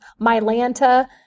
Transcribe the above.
Mylanta